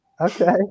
Okay